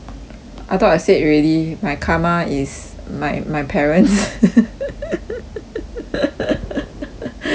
I thought I said already my karma is my my parents